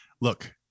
Look